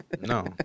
No